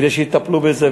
כדי שיטפלו בזה,